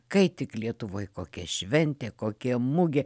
kai tik lietuvoje kokia šventė kokia mugė